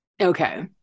Okay